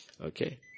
Okay